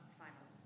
final